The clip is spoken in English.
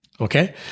Okay